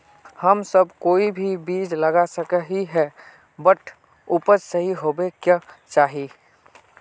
हम सब कोई भी बीज लगा सके ही है बट उपज सही होबे क्याँ चाहिए?